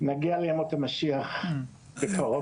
נגיע לימות המשיח בקרוב